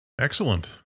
Excellent